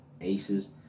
aces